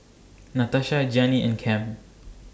Natasha Gianni and Cam